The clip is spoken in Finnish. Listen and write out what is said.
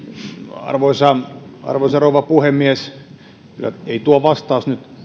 arvoisa arvoisa rouva puhemies ei tuo vastaus nyt